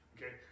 Okay